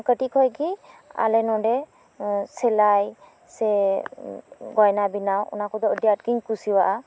ᱠᱟᱹᱴᱤᱡ ᱠᱷᱚᱡᱜᱤ ᱟᱞᱮ ᱱᱚᱸᱰᱮ ᱥᱮᱞᱟᱭ ᱥᱮ ᱜᱚᱭᱱᱟ ᱵᱮᱱᱟᱣ ᱚᱱᱟᱠᱚᱫᱚ ᱟᱹᱰᱤ ᱟᱴᱜᱤᱧ ᱠᱩᱥᱤᱭᱟᱜᱼᱟ